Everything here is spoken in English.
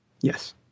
Yes